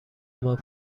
ماه